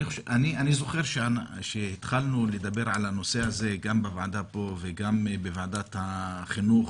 אני זוכר שהתחלנו לדבר על הנושא הזה גם בוועדה פה וגם בוועדת החינוך,